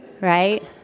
Right